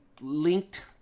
linked